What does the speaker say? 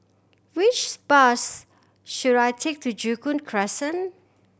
which bus should I take to Joo Koon Crescent